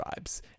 vibes